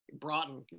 Broughton